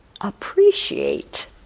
appreciate